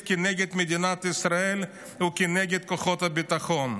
כנגד מדינת ישראל וכנגד כוחות הביטחון.